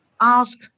Ask